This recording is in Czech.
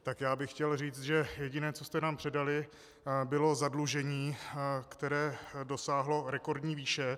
Tak já bych chtěl říct, že jediné, co jste nám předali, bylo zadlužení, které dosáhlo rekordní výše.